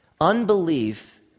unbelief